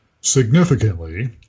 significantly